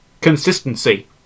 Consistency